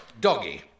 doggy